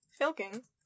Filking